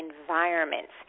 environments